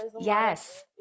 yes